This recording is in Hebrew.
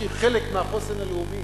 שהיא חלק מהחוסן הלאומי,